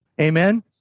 Amen